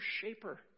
shaper